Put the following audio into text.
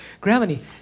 Gravity